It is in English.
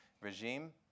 regime